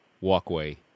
walkway